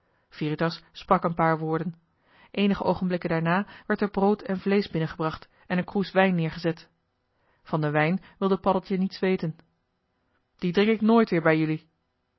veritas sprak een paar woorden eenige oogenblikken daarna werd er brood en vleesch binnengebracht en een kroes wijn neergezet van den wijn wilde paddeltje niets weten dien drink ik nooit weer bij jelui